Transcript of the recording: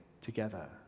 together